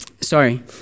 sorry